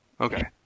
Okay